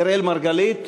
אראל מרגלית?